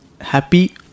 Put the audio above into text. happy